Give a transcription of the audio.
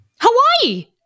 Hawaii